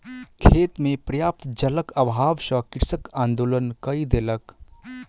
खेत मे पर्याप्त जलक अभाव सॅ कृषक आंदोलन कय देलक